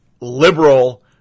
liberal